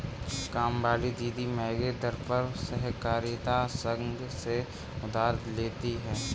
कामवाली दीदी महंगे दर पर सहकारिता संघ से उधार लेती है